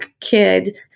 kid